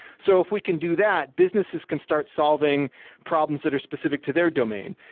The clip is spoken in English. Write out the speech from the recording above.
so if we can do that, businesses can start solving problems that are specific to their domain.